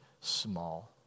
small